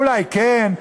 אולי כן,